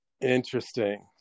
Interesting